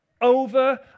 over